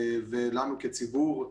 ולנו כציבור,